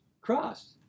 Cross